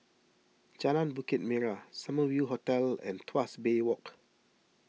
Jalan Bukit Merah Summer View Hotel and Tuas Bay Walk